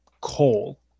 Coal